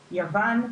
יוון,